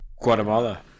guatemala